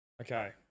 Okay